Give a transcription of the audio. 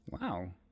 Wow